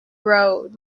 road